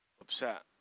Upset